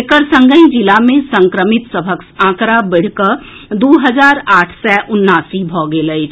एकर संगहि जिला मे संक्रमित सभक आंकड़ा बढ़िकऽ दू हजार आठ सय उनासी भऽ गेल अछि